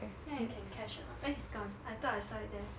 you think I can catch or not where's it gone I thought I saw it there